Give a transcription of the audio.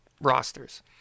rosters